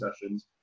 sessions